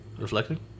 Reflecting